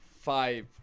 five